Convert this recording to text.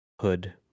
hood